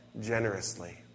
generously